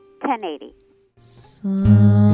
1080